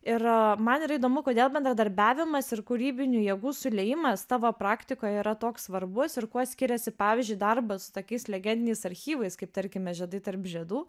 ir man yra įdomu kodėl bendradarbiavimas ir kūrybinių jėgų suliejimas tavo praktikoje yra toks svarbus ir kuo skiriasi pavyzdžiui darbas su tokiais legendiniais archyvais kaip tarkime žiedai tarp žiedų